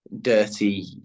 dirty